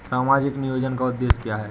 सामाजिक नियोजन का उद्देश्य क्या है?